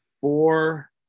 four